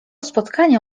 spotkania